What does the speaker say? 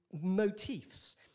motifs